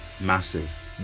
massive